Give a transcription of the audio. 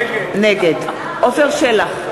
נגד עפר שלח,